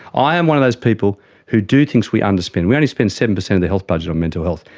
i am one of those people who do thinks we underspend. we only spent seven percent of the health budget on mental health.